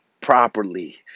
properly